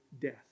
death